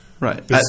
Right